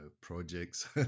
projects